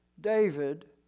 David